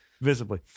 visibly